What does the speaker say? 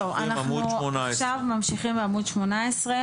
אנחנו עכשיו ממשיכים בעמוד 18,